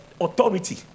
authority